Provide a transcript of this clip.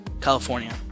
California